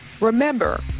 remember